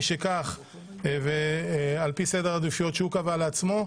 משכך ועל פי סדר העדיפויות שהוא קבע לעצמו,